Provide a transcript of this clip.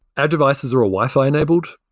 add devices are ah wi-fi enabled,